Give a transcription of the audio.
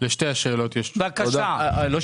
בבקשה.